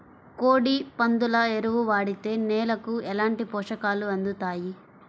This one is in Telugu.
కోడి, పందుల ఎరువు వాడితే నేలకు ఎలాంటి పోషకాలు అందుతాయి